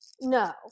no